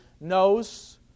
knows